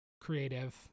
creative